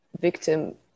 victim